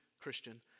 Christian